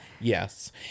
Yes